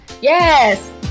Yes